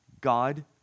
God